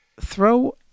Throw